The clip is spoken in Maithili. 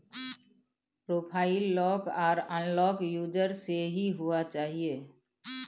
प्रोफाइल लॉक आर अनलॉक यूजर से ही हुआ चाहिए